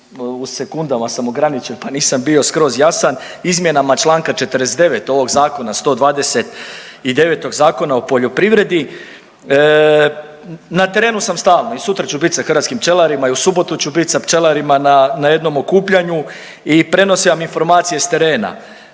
u sekundama sam ograničen pa nisam bio skroz jasan, izmjenama Članka 49. ovog zakona 129 Zakona o poljoprivredi na terenu sam stalo i sutra ću biti sa hrvatskim pčelarima i u subotu ću bit sa pčelarima na jednom okupljanju i prenosim vam informacije s terena.